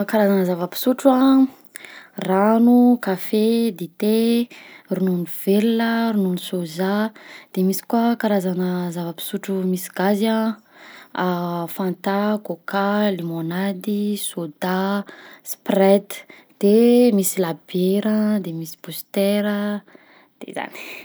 Karazagna zava-pisotro a: rano, kafe, dite, ronono velona, ronono soza, de misy koa karazana zava-pisotro misy gazy a: coca, fanta, limonady, soda, sprite de misy labiera de misy booster de zay iany.